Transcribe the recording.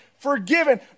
forgiven